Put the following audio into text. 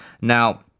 Now